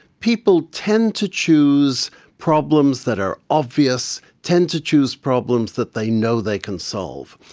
people tend to choose problems that are obvious, tend to choose problems that they know they can solve.